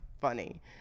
funny